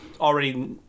already